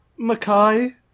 Makai